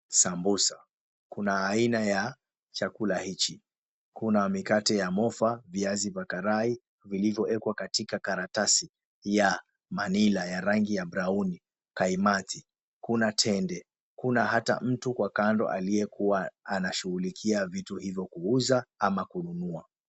Sambusa kuna aina ya chakula hichi, kuna mikate ya mofa viazi vya karai vilivyoekwa katika karatasi ya manila ya rangi ya brauni, kaimati, kuna tende, kuna hata mtukwa kando aliyekuwa anashughulikia vitu hivyo kuuza ama kununua.